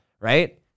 right